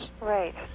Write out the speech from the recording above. Right